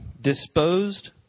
disposed